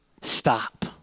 Stop